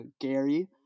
Gary